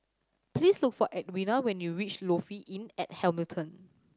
please look for Edwina when you reach Lofi Inn at Hamilton